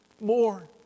more